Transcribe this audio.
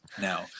Now